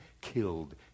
killed